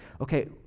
okay